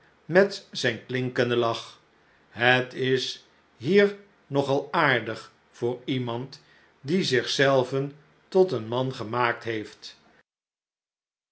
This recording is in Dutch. met zijn klinkenden lach het is hier nogal aardig voor iemand die zich zelven tot een man gemaakt heeft